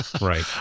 Right